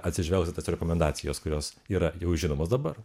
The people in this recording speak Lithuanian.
atsižvelgia tad rekomendacijos kurios yra jau žinomos dabar